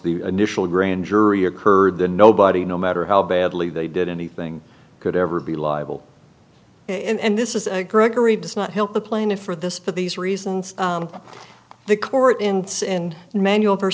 the initial grand jury occurred the nobody no matter how badly they did anything could ever be liable and this is gregory does not help the plaintiff for this for these reasons the court ends and manual